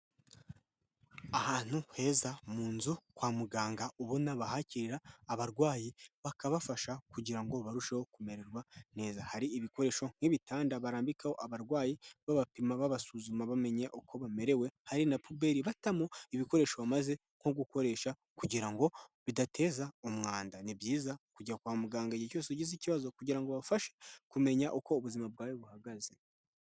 Ahantu heza mu nzu kwa muganga ubona bahakirira abarwayi bakabafasha kugira ngo barusheho kumererwa neza. Hari ibikoresho nk'ibitanda barambikaho abarwayi babapima babasuzuma bamenya uko bamerewe. Hari na puberi batamo ibikoresho bamaze nko gukoresha kugira ngo bidateza umwanda. Ni byiza kujya kwa muganga igihe cyose ugize ikibazo kugira ngo ubafashe kumenya uko ubuzima bwawe buhagaze.